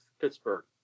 pittsburgh